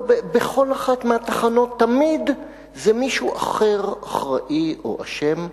בכל אחת מהתחנות תמיד זה מישהו אחר אחראי או אשם.